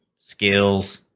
skills